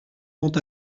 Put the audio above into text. vont